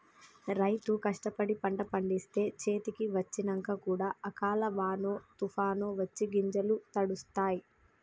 రైతు కష్టపడి పంట పండిస్తే చేతికి వచ్చినంక కూడా అకాల వానో తుఫానొ వచ్చి గింజలు తడుస్తాయ్